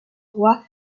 roi